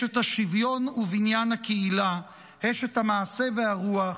אשת השוויון ובניין הקהילה, אשת המעשה והרוח,